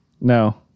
No